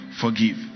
Forgive